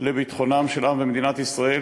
לביטחונם של עם ישראל ומדינת ישראל,